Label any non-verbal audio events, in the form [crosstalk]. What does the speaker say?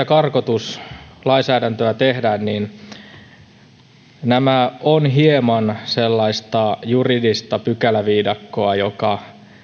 [unintelligible] karkotuslainsäädäntöä tehdään niin tämä on hieman sellaista juridista pykäläviidakkoa joka